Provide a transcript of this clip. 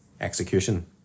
execution